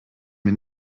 mir